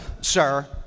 sir